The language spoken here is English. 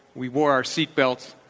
we wore our seatbelts,